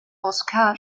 oskar